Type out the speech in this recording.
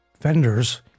vendors